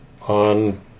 on